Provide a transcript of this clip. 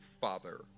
father